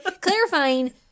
Clarifying